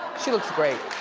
she looks great.